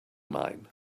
mine